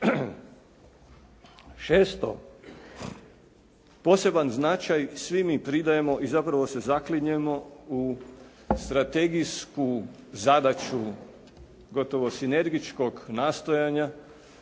Šesto. Poseban značaj svi mi pridajemo i zapravo se zaklinjemo u strategijsku zadaću gotovo sinergičkog nastojanja